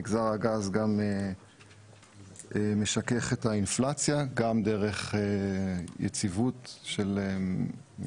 מגזר הגז גם משכך את האינפלציה; גם דרך יציבות של מחירי